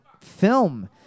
film